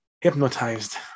Hypnotized